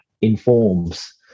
informs